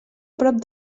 prop